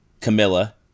Camilla